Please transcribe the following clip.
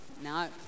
No